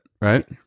right